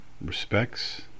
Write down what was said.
respects